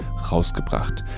rausgebracht